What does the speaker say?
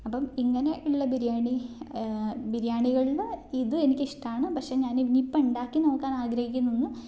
അപ്പം ഇങ്ങനെ ഉള്ള ബിരിയാണി ബിരിയാണികളിൽ ഇതും എനിക്കിഷ്ടമാണ് പക്ഷേ ഞാൻ ഇനിയിപ്പം ഉണ്ടാക്കി നോക്കാൻ ആഗ്രഹിക്കുന്നത്